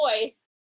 voice